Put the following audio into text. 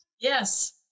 Yes